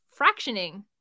fractioning